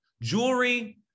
Jewelry